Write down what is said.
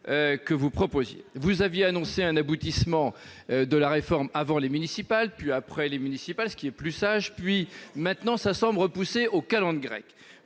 que vous proposiez. Vous aviez annoncé un aboutissement de la réforme avant les municipales, puis après les municipales- ce qui est plus sage ! Cela semble maintenant repoussé aux calendes grecques.